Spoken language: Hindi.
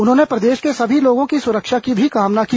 उन्होंने प्रदेश के सभी लोगों की सुरक्षा की भी कामना की